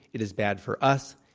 it is bad for us.